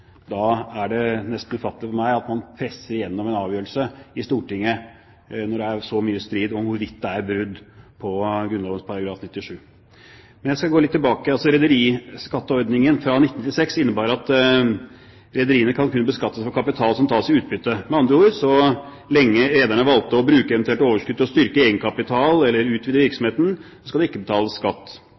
det er så mye strid om hvorvidt det er brudd på Grunnloven § 97 – er det nesten ufattelig for meg at man presser igjennom en avgjørelse i Stortinget. Men jeg skal gå litt tilbake. Rederiskatteordningen fra 1996 innebar at rederiene kun kunne beskattes av kapital som tas i utbytte. Med andre ord: Så lenge rederne valgte å bruke et eventuelt overskudd til å styrke egenkapitalen eller utvide virksomheten, skulle det ikke betales skatt. Rederier som valgte å tre ut av ordningen, ville måtte betale skatt